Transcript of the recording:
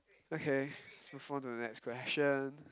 okay let's move on to the next question